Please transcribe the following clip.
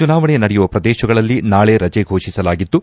ಚುನಾವಣೆ ನಡೆಯುವ ಪ್ರದೇಶಗಳಲ್ಲಿ ನಾಳೆ ರಜೆ ಘೋಷಿಸಲಾಗಿದ್ದು